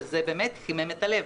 וזה באמת חימם את הלב.